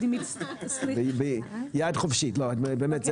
לא, באמת.